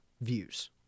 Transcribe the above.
views